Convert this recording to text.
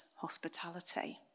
hospitality